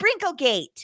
Sprinklegate